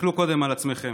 תסתכלו קודם על עצמכם.